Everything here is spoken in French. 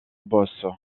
bosse